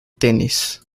tenis